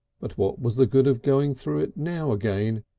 but what was the good of going through it now again?